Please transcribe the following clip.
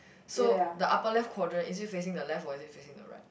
so the upper left quadrant is it facing the left or is it facing the right